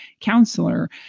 counselor